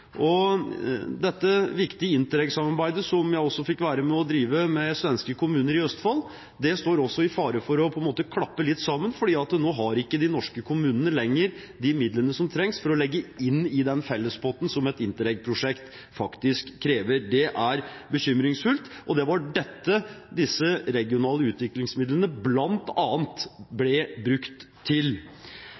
viktige Interreg-samarbeidet, som jeg fikk være med og drive med svenske kommuner, i Østfold, står også i fare for å klappe sammen, for nå har ikke de norske kommunene lenger de midlene som trengs å legges inn i den fellespotten som et Interreg-prosjekt faktisk krever. Det er bekymringsfullt, og det var dette de regionale utviklingsmidlene bl.a. ble brukt til.